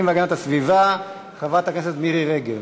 והגנת הסביבה חברת הכנסת מירי רגב.